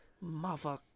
Mother